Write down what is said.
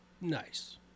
Nice